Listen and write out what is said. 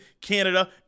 Canada